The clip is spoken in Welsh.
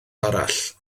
arall